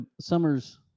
summers